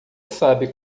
sabe